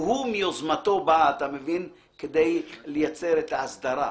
והוא מיוזמתו בא כדי לייצר את ההסדרה.